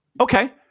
okay